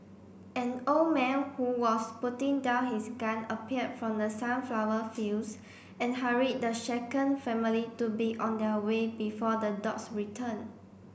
an old man who was putting down his gun appeared from the sunflower fields and hurried the shaken family to be on their way before the dogs return